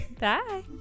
Bye